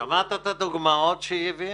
שמעת את הדוגמאות שהיא נתנה?